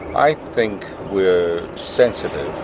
i think we're sensitive